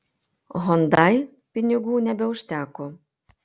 hondai pinigų nebeužteko